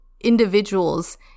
individuals